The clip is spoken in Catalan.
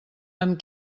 amb